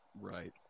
Right